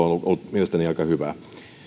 ollut mielestäni aika hyvä